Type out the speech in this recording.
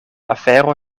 afero